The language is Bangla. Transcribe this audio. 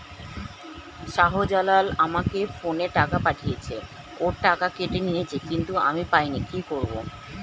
শাহ্জালাল আমাকে ফোনে টাকা পাঠিয়েছে, ওর টাকা কেটে নিয়েছে কিন্তু আমি পাইনি, কি করব?